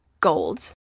gold